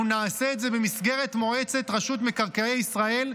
אנחנו נעשה את זה במסגרת מועצת רשות מקרקעי ישראל,